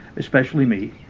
especially me